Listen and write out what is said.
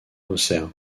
auxerre